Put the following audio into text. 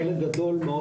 חלק גדול מאוד